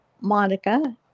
Monica